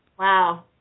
Wow